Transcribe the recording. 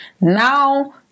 Now